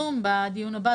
בדיון הבא.